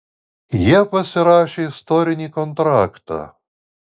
jie pasirašė istorinį kontraktą